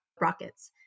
rockets